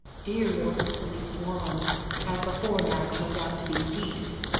dear little cicely's swans have before now turned out to be geese,